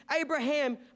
Abraham